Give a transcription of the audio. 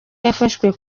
yafashwe